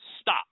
stop